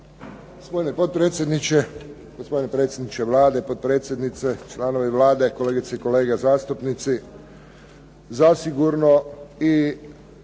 Gospodine potpredsjedniče, gospodine predsjedniče Vlade, potpredsjednice, članovi Vlade. Kolegice i kolege zastupnici. Zasigurno i